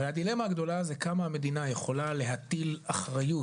הרי הדילמה הגדולה היא כמה המדינה יכולה להטיל אחריות